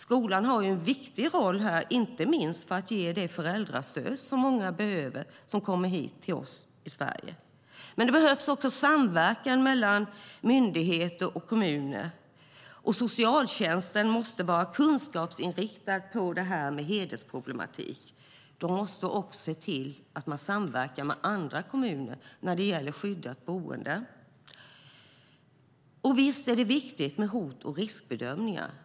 Skolan har en viktig roll, inte minst i att ge det stöd som många föräldrar som kommer hit till oss i Sverige behöver. Det behövs också samverkan mellan myndigheter och kommuner. Socialtjänsten måste vara kunskapsinriktad när det gäller hedersproblematik och måste samverka med andra kommuner kring skyddat boende. Visst är det viktigt med hot och riskbedömningar.